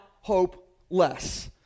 hopeless